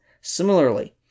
Similarly